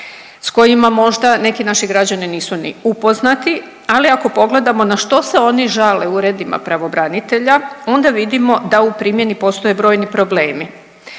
s kojima možda neki naši građani nisu ni upoznati, ali ako pogledamo na što se oni žale u uredima pravobranitelja onda vidimo da u primjeni postoje brojni problemi.